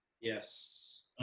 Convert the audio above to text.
Yes